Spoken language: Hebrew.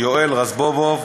יואל רזבוזוב,